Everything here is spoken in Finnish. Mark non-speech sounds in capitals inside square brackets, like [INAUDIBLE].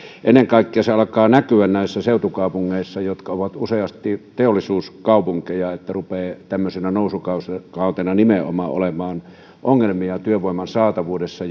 ennen kaikkea se alkaa näkyä näissä seutukaupungeissa jotka ovat useasti teollisuuskaupunkeja että rupeaa nimenomaan tämmöisenä nousukautena olemaan ongelmia työvoiman saatavuudessa [UNINTELLIGIBLE]